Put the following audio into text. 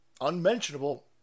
unmentionable